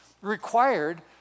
required